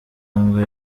ngo